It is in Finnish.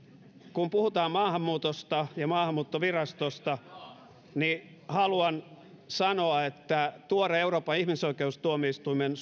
kun puhutaan maahanmuutosta ja maahanmuuttovirastosta niin haluan sanoa että tuore euroopan ihmisoikeustuomioistuimen